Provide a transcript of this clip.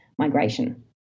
migration